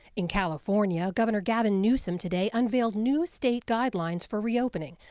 in california. governor gavin newsom today unveiled new state guidelines for reopening,